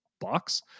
box